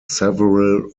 several